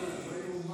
לא ייאמן.